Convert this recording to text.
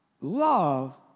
love